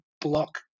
block